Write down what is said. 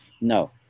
No